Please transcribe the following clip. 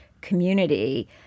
community